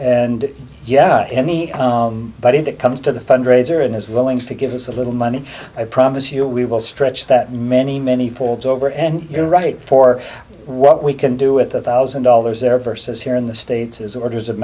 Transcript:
and yeah any but if it comes to the fundraiser and his willingness to give us a little money i promise you we will stretch that many many fold over and you're right for what we can do with a thousand dollars ever since here in the states is orders of